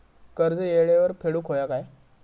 कर्ज येळेवर फेडूक होया काय?